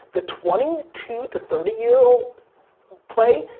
the twenty two to thirty year old play,